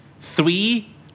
three